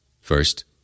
First